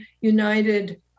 United